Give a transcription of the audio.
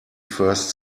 first